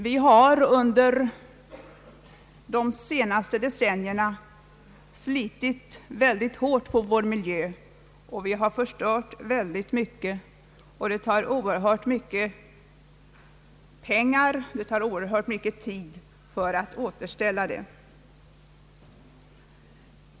Vi har under de senaste decennierna slitit mycket hårt på vår miljö och förstört väldigt mycket. Det kostar mycket pengar, det tar lång tid att återställa den.